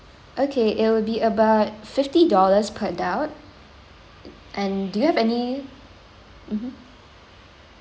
okay it will be about fifty dollars per adult and do you have any mmhmm